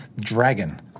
dragon